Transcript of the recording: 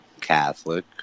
Catholic